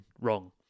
wrong